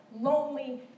lonely